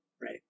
right